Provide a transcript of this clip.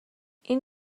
این